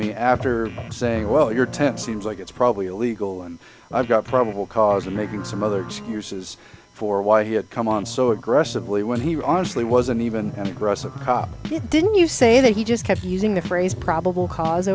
me after saying well your tent seems like it's probably illegal and i've got probable cause and making some other excuses for why he had come on so aggressively when he was honestly wasn't even an aggressive cop didn't you say that he just kept using the phrase probable cause